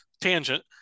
tangent